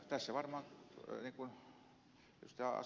tässä on niin kuin ed